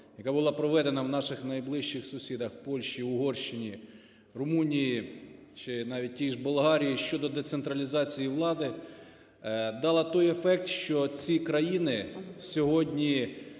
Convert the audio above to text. яка була проведена в наших найближчих сусідах – Польщі, Угорщині, Румунії чи навіть в тій же Болгарії щодо децентралізації влади, дала той ефект, що ці країни сьогодні